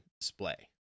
display